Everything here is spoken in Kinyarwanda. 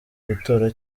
gutora